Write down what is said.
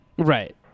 Right